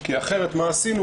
כי אחרת מה עשינו?